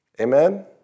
Amen